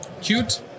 cute